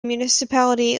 municipality